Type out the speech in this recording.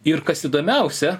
ir kas įdomiausia